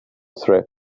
threat